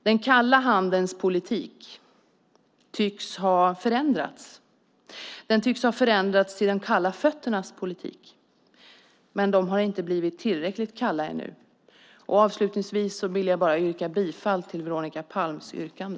Den kalla handens politik tycks ha förändrats till de kalla fötternas politik. Men de har inte blivit tillräckligt kalla ännu. Avslutningsvis vill jag instämma i Veronica Palms yrkande.